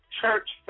church